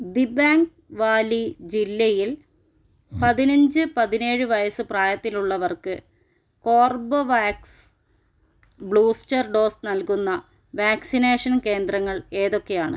Dibang Valley ജില്ലയിൽ പതിനഞ്ച് പതിനേഴ് വയസ്സ് പ്രായത്തിലുള്ളവർക്ക് കോർബെവാക്സ് ബൂസ്റ്റർ ഡോസ് നൽകുന്ന വാക്സിനേഷൻ കേന്ദ്രങ്ങൾ ഏതൊക്കെയാണ്